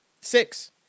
Six